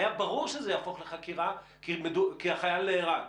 היה ברור שזה יהפוך לחקירה כי החייל נהרג.